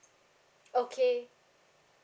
okay